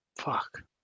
Fuck